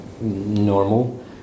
normal